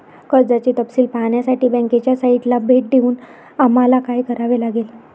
कर्जाचे तपशील पाहण्यासाठी बँकेच्या साइटला भेट देऊन आम्हाला काय करावे लागेल?